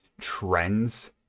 trends